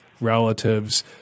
relatives